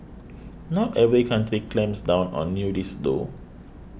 not every country clamps down on nudists though